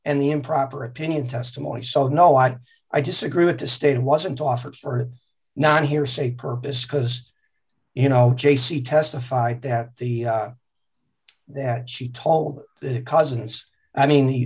the improper opinion testimony so no i i disagree with the state wasn't offered for not hearsay purpose because you know j c testified that the that she told the cousins i mean he